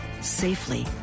safely